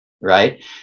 Right